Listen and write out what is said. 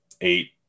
eight